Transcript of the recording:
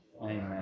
Amen